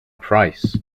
price